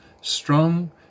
strong